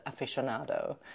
aficionado